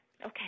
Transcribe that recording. Okay